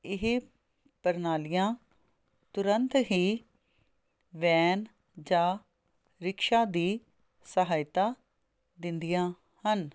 ਇਹ ਪ੍ਰਣਾਲੀਆਂ ਤੁਰੰਤ ਹੀ ਵੈਨ ਜਾਂ ਰਿਕਸ਼ਾ ਦੀ ਸਹਾਇਤਾ ਦਿੰਦੀਆਂ ਹਨ